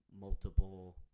multiple